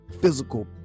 physical